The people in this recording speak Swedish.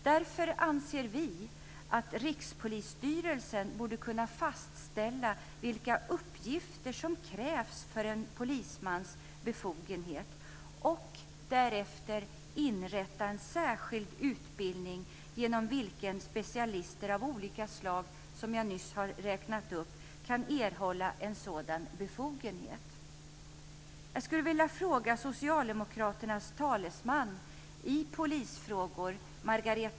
Därför anser vi att Rikspolisstyrelsen borde kunna fastställa vilka uppgifter som krävs för en polismans befogenhet och inrätta en särskild utbildning genom vilken specialister av de slag som jag nyss räknat upp kan erhålla sådan befogenhet.